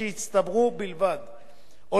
או להשאירם לשם קבלת קצבה